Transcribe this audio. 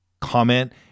comment